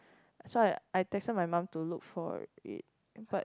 so I I pester my mum to look for it but